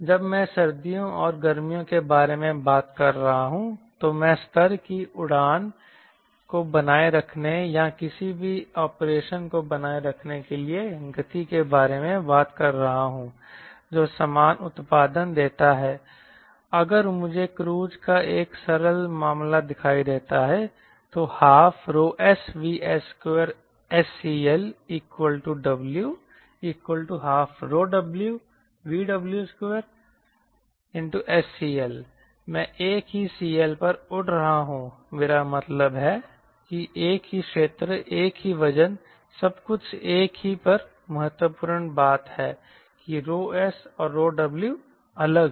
जब मैं सर्दियों और गर्मियों के बारे में बात कर रहा हूं तो मैं स्तर की उड़ान को बनाए रखने या किसी भी ऑपरेशन को बनाए रखने के लिए गति के बारे में बात कर रहा हूं जो समान उत्पादन देता है अगर मुझे क्रूज का एक सरल मामला दिखाई देता है 12SVS2SCLW12wVw2SCL मैं एक ही CL पर उड़ रहा हूं मेरा मतलब है कि एक ही क्षेत्र एक ही वजन सब कुछ एक ही पर महत्वपूर्ण बात है कि S और w अलग हैं